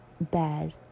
bad